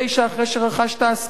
אחרי שרכשת השכלה,